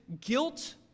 guilt